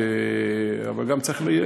אבל גם צריך,